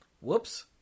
Whoops